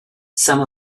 some